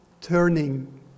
turning